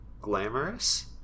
glamorous